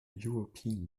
european